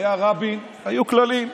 כשהיה רבין, היו כללים.